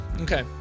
okay